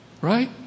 right